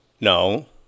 No